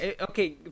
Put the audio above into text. Okay